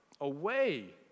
away